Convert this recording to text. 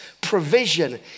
provision